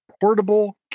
portable